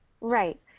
Right